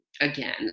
again